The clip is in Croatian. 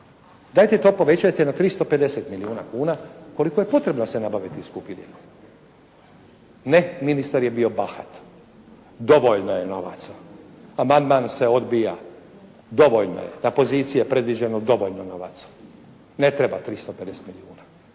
dajte to povećajte na 350 milijuna kuna koliko je potrebno da se nabave ti skupi lijekovi. Ne, ministar je bio bahat, dovoljno je novaca, amandman se odbija, dovoljno je, za pozicije predviđenog dovoljno novaca. Ne treba 350 milijuna.